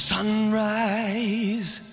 Sunrise